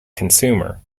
consumer